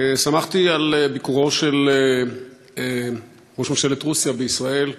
שמחתי על ביקורו של ראש ממשלת רוסיה בישראל,